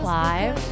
live